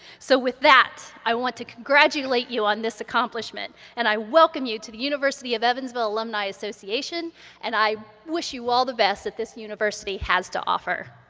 so with that, i want to congratulate you on this accomplishment and i welcome you to the university of evansville alumni association and i wish you all the best that this university has to offer,